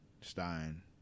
Stein